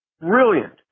brilliant